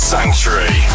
Sanctuary